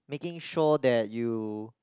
making sure that you